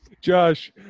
Josh